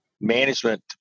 management